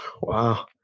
Wow